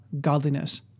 godliness